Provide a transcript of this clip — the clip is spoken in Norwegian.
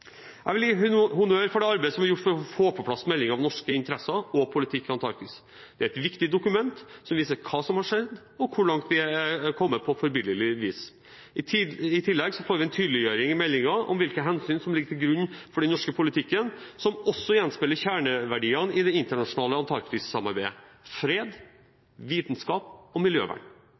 Jeg vil gi honnør for arbeidet som er gjort for å få på plass meldingen om norske interesser og politikk i Antarktis. Det er et viktig dokument, som viser hva som har skjedd, og hvor langt vi har kommet, på forbilledlig vis. I tillegg får vi en tydeliggjøring i meldingen av hvilke hensyn som ligger til grunn for den norske politikken, som også gjenspeiler kjerneverdiene i det internasjonale Antarktis-samarbeidet: fred, vitenskap og miljøvern.